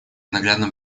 наглядным